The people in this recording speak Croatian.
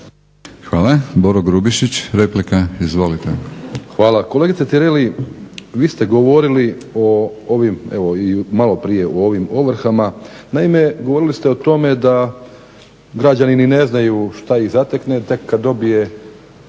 Hvala. Kolegice Tireli vi ste govorili o ovim, evo i maloprije o ovim ovrhama. Naime govorili ste o tome da građani ni ne znaju što ih zatekne, tek kad dobije